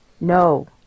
No